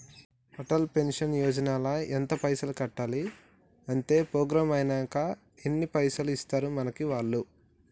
Atal pension Yojana ల ఎంత పైసల్ కట్టాలి? అత్తే ప్రోగ్రాం ఐనాక ఎన్ని పైసల్ ఇస్తరు మనకి వాళ్లు?